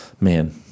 Man